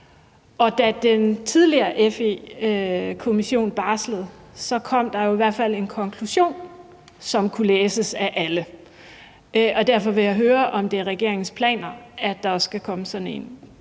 Da den tidligere FE-kommission barslede med sin rapport, kom der jo i hvert fald en konklusion, som kunne læses af alle. Derfor vil jeg høre, om det er regeringens planer, at der også skal komme sådan en